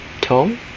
Tom